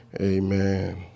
amen